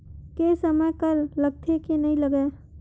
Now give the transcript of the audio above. के समय कर लगथे के नइ लगय?